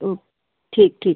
okay ठीक ठीक ठीक